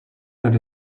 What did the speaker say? that